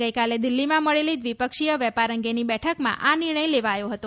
ગઇકાલે દિલ્હીમાં મળેલી દ્વિપક્ષીય વેપાર અંગેની બેઠકમાં આ નિર્ણય લેવાયો હતો